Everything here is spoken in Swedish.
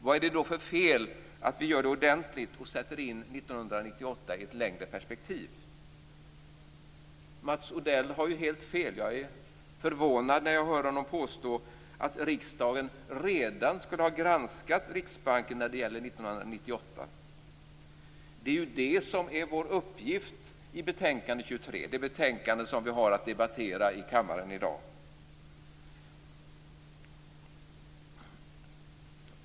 Vad är det då för fel att vi gör det ordentligt och sätter in 1998 i ett längre perspektiv? Mats Odell har helt fel. Jag blir förvånad när jag hör honom påstå att riksdagen redan skulle ha granskat Riksbanken när det gäller 1998. Det är ju det som är vår uppgift i betänkande FiU23, det betänkande som vi har att debattera i kammaren i dag.